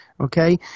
Okay